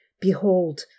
Behold